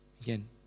Again